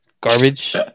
garbage